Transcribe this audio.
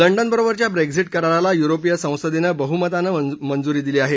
लंडनबरोबरच्या Brexit कराराला युरोपीय संसदेनं बहुमतानं मंजुरी दिली आहे